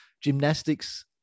gymnastics